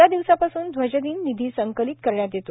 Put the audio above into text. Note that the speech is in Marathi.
या दिवसापासून ध्वजदिन निधी संकलित करण्यात येतो